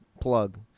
Plug